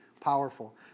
powerful